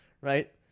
right